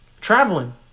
traveling